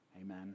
Amen